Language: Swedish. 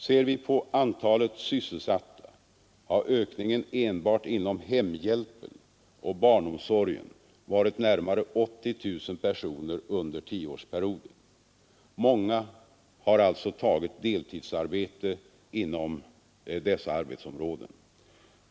Ser vi på antalet sysselsatta har ökningen enbart inom hemhjälpen och barnomsorgen varit närmare 80000 personer under tioårsperioden. Många har alltså tagit deltidsarbete inom dessa arbetsområden.